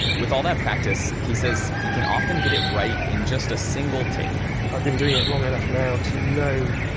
with all that practice, he says he can often get it right in just a single take i've been doing it long enough now to know,